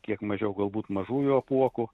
kiek mažiau galbūt mažųjų apuokų